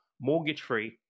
mortgage-free